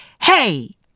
hey